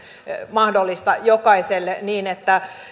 mahdollista jokaiselle niin että